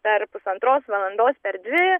per pusantros valandos per dvi